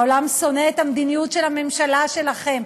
העולם שונא את המדיניות של הממשלה שלכם,